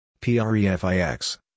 Prefix